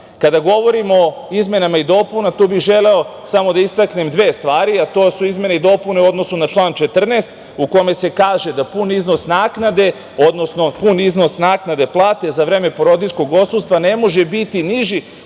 govorimo o izmenama i dopunama, tu bih želeo samo da istaknem dve stvari, a to su izmene i dopune u odnosu na član 14. u kome se kaže da pun iznos naknade, odnosno pun iznos naknade plate za vreme porodiljskog odsustva, ne može biti niži